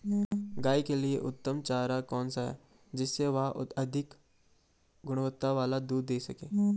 गाय के लिए उत्तम चारा कौन सा है जिससे वह अधिक गुणवत्ता वाला दूध दें सके?